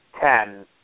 ten